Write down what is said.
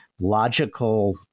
logical